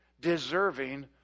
deserving